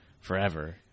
forever